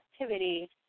activity